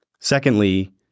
secondly